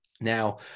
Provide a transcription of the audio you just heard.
Now